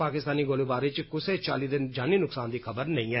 पाकिस्तानी गोलीबारी च कुसै चाली दे जानी नुक्सान दी खबर नेई ऐ